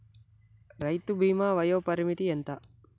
రైతు బీమా వయోపరిమితి ఎంత?